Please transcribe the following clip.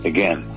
Again